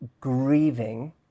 grieving